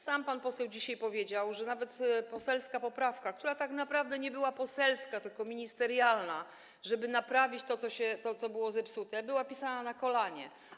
Sam pan poseł dzisiaj powiedział, że nawet poselska poprawka, która tak naprawdę nie była poselska, tylko ministerialna, żeby naprawić to, co było zepsute, była pisana na kolanie.